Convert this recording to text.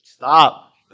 Stop